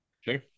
Sure